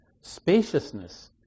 spaciousness